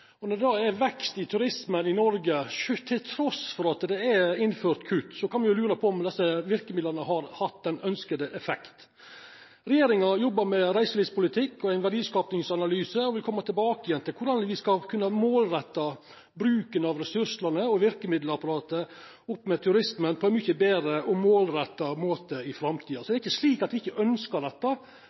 sidan. Når det då er vekst i turismen i Noreg trass i at det er innført kutt, kan me jo lura på om desse verkemidla har hatt den effekten som ein ønskte. Regjeringa jobbar med ein verdiskapingsanalyse av reiselivet og vil koma tilbake til korleis me skal kunna målretta bruken av ressursane og verkemiddelapparatet innanfor turismen på ein mykje betre og målretta måte i framtida. Det er ikkje slik at me ikkje ønskjer dette,